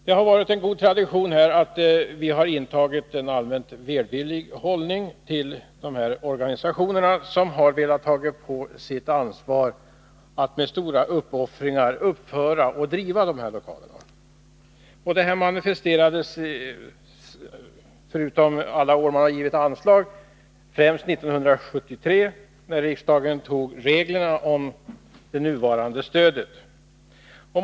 Vi har av tradition intagit en allmänt välvillig hållning till de organisationer som har velat ta på sig ansvaret att med stora uppoffringar uppföra och driva dessa lokaler. Detta manifesterades — förutom alla år som staten har givit anslag — främst 1973, då riksdagen antog reglerna om det nuvarande stödet.